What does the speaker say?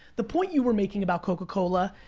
the point you were making about coca cola.